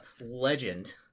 Legend